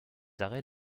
arrêts